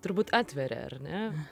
turbūt atveria ar ne